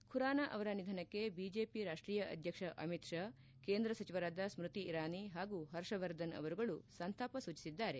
ಖುರಾನ ಅವರ ನಿಧನಕ್ಕೆ ಬಿಜೆಪಿ ರಾಷ್ಟೀಯ ಅಧ್ಯಕ್ಷ ಅಮಿತ್ ಷಾ ಕೇಂದ್ರ ಸಚಿವರಾದ ಸ್ಮತಿ ಇರಾನಿ ಹಾಗೂ ಹರ್ಷವರ್ಧನ್ ಅವರುಗಳು ಸಂತಾಪ ಸೂಚಿಸಿದ್ದಾರೆ